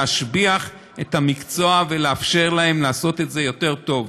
להשביח את המקצוע ולאפשר להם לעשות את זה יותר טוב,